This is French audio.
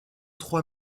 trois